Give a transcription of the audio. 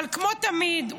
אבל כמו תמיד,